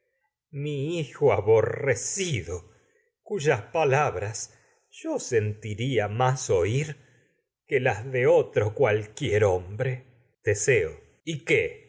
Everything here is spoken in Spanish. mi hijo oh rey aborrecido las de cuyas pala yo sentiría más oír que otro cualquier hombre teseo y qué